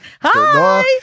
Hi